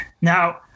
Now